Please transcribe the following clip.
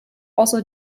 also